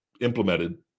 implemented